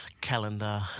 calendar